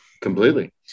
Completely